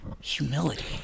humility